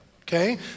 Okay